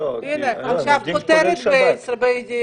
לוודא שההסכם הזה מתחדש